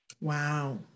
Wow